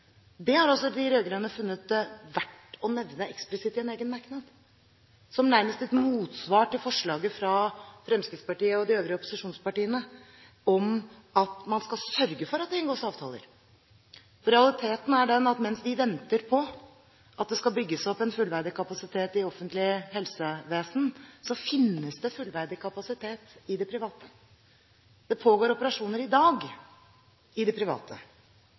Det har altså de rød-grønne funnet verdt å nevne eksplisitt i en egen merknad, nærmest som et motsvar til forslaget fra Fremskrittspartiet og de øvrige opposisjonspartiene om at man skal sørge for at det inngås avtaler. Realiteten er den at mens vi venter på at det skal bygges opp en fullverdig kapasitet i det offentlige helsevesenet, finnes det fullverdig kapasitet i det private. Det pågår operasjoner i dag i det private.